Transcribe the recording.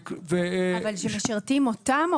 אבל שמשרתים אותם?